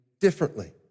differently